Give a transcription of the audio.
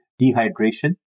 dehydration